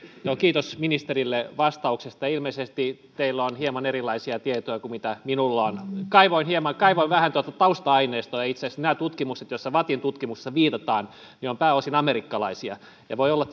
kiitos ministerille vastauksesta ilmeisesti teillä on hieman erilaisia tietoja kuin minulla on kaivoin vähän tuota tausta aineistoa itse asiassa nämä tutkimukset joihin vattin tutkimuksessa viitataan ovat pääosin amerikkalaisia voi olla